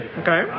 okay